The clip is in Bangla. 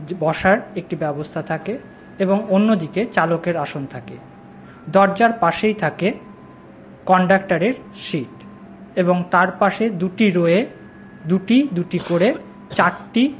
বসার একটি ব্যবস্থা থাকে এবং অন্যদিকে চালকের আসন থাকে দরজার পাশেই থাকে কন্ডাক্টারের সিট এবং তার পাশে দুটি রোয়ে দুটি দুটি করে চারটি